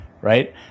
right